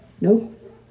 Nope